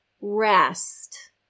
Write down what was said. rest